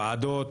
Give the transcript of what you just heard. וועדות,